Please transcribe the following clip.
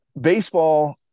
baseball